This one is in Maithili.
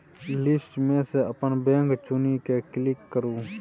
लिस्ट मे सँ अपन बैंक चुनि कए क्लिक करु